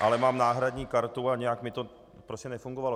Ale mám náhradní kartu a nějak mi to nefungovalo.